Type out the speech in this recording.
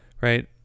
Right